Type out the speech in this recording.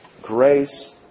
grace